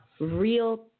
real